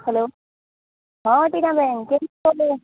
હાલો હા ટીનાબેન કેમ છો તમે